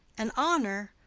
an honour?